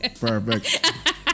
Perfect